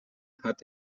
hat